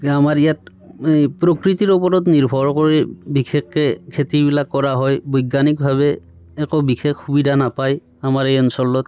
আমাৰ ইয়াত এই প্ৰকৃতিৰ ওপৰত নিৰ্ভৰ কৰি বিশেষকৈ খেতিবিলাক কৰা হয় বৈজ্ঞানিকভাৱে একো বিশেষ সুবিধা নাপায় আমাৰ এই অঞ্চলত